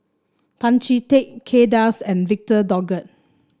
Tan Chee Teck Kay Das and Victor Doggett